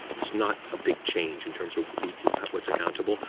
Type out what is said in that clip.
it's not a big change in terms of what is accountable.